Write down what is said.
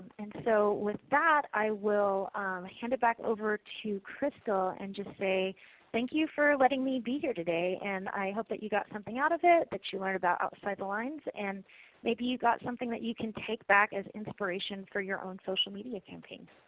and so with that i will hand it back over to crystal and just say thank you for letting me be here today and i hope you got something out of it, that you learned about outside the lines, and maybe you got something you can take back as inspiration for your own social media campaigns.